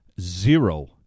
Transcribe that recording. zero